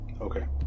Okay